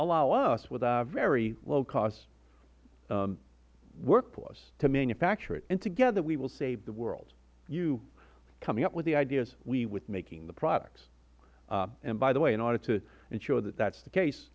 allow us with our very low cost workforce to manufacture it and together we will save the world you coming up with the ideas we with making the products and by the way in order to ensure that that is the case